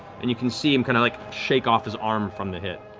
and you can see him kind of like shake off his arm from the hit.